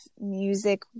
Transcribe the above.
music